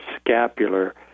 scapular